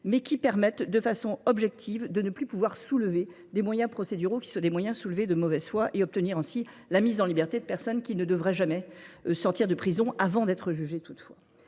mais qui permettent de façon objective de ne plus pouvoir soulever des moyens procéduraux qui sont des moyens soulevés de mauvaise foi et obtenir ainsi la mise en liberté de personnes qui ne devraient jamais sortir de prison avant d'être jugées toutefois.